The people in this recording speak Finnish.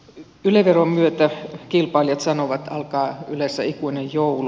yle veron myötä kilpailijat sanovat että alkaa ylessä ikuinen joulu